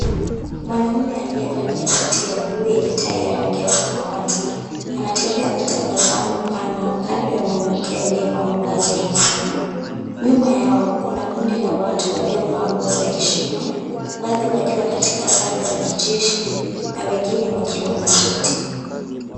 Mwanaume aliyevalia suti ya bluu yenye tai ya rangi ya samawati anatembea kwa tabasamu pana kando ya mwanamke aliyevaa mavazi rasmi. Nyuma yao kuna kundi la watu waliovaa nguo za heshima baadhi wakiwa katika sare za kijeshi na wengine wakiwa na suti.